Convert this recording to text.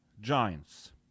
Giants